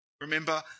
Remember